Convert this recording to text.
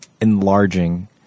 enlarging